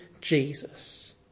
Jesus